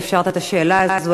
שאפשרת את השאלה הזאת.